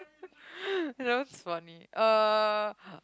that was funny uh